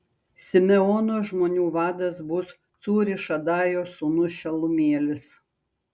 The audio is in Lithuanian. simeono žmonių vadas bus cūrišadajo sūnus šelumielis